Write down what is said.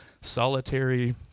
solitary